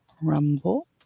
Rumble